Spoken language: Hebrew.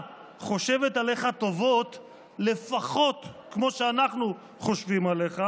חושבת עליך טובות לפחות כמו שאנחנו חושבים עליך,